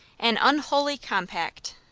an unholy compact.